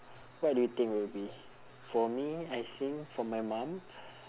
what do you think will be for me I think for my mum